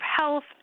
health